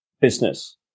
business